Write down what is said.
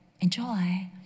Enjoy